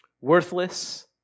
worthless